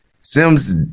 sims